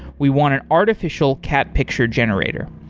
we want an artificial cat picture generator.